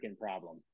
problem